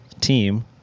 team